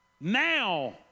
Now